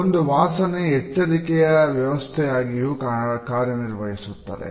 ಒಂದು ವಾಸನೆ ಎಚ್ಚರಿಕೆಯ ವ್ಯವಸ್ಥೆಯಾಗಿಯು ಕಾರ್ಯನಿರ್ವಹಿಸುತ್ತದೆ